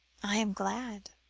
i am glad,